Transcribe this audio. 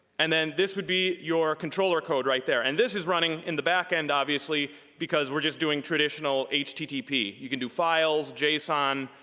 and then this would be your controller code right there. and this is running in the back end obviously, because we're just doing traditional http. you can do files, json.